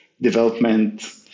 development